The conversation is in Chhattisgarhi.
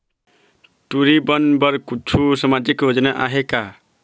टूरी बन बर कछु सामाजिक योजना आहे का?